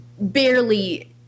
barely